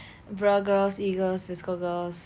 bruh girls E girls VSCO girls